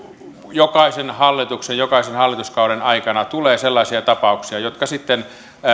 jokaisen hallituksen jokaisen hallituskauden aikana tulee sellaisia tapauksia joista sitten